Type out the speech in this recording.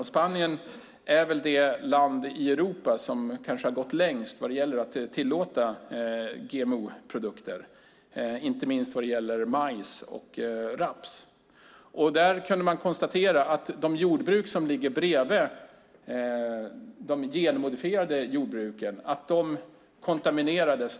Och Spanien är väl det land i Europa som kanske har gått längst vad det gäller att tillåta GMO-produkter, inte minst vad gäller majs och raps. Där kunde de konstatera att de jordbruk som ligger intill de genmodifierade jordbruken kontaminerades.